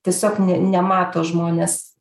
tiesiog ne nemato žmonės